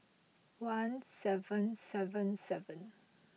one seven seven seven